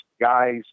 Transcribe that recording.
guys